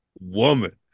woman